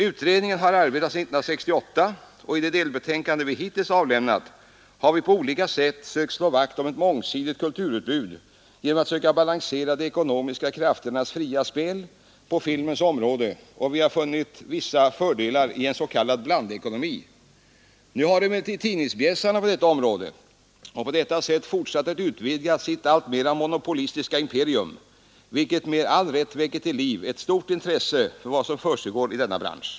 Utredningen har arbetat sedan 1968, och i de delbetänkanden som vi hittills avlämnat har vi på olika sätt försökt slå vakt om ett mångsidigt kulturutbud genom att söka balansera de ekonomiska krafternas fria spel på filmens område, och vi har funnit vissa fördelar i ens.k. blandekonomi. Nu har emellertid tidningsbjässarna på detta sätt fortsatt att utvidga sitt alltmer monopolistiska imperium, vilket med all rätt väcker till liv ett stort intresse för vad som försiggår i denna bransch.